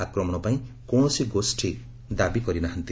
ଆକ୍ରମଣପାଇଁ କୌଣସି ଗୋଷ୍ଠୀ ଦାବି କରି ନାହାନ୍ତି